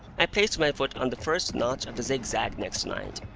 i placed my foot on the first notch of the zigzag next night,